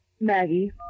Maggie